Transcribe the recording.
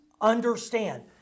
understand